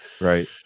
right